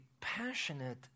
passionate